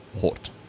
hot